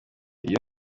iyo